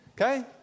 Okay